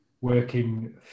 working